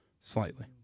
slightly